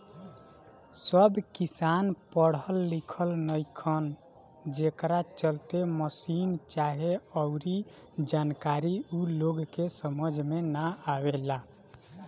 सब किसान पढ़ल लिखल नईखन, जेकरा चलते मसीन चाहे अऊरी जानकारी ऊ लोग के समझ में ना आवेला